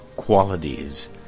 qualities